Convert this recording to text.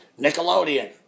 Nickelodeon